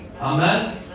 Amen